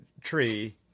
tree